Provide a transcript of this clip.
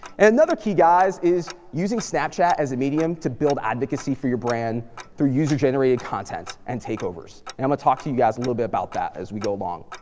and another key, guys, is using snapchat as a medium to build advocacy for your brand through user generated content and takeovers, and i'm gonna talk to you guys a little but about that as we go along.